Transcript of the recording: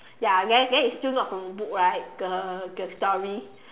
ya then then it's still not from the book right the the story